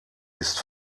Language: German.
ist